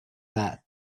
than